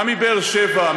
גם מבאר-שבע,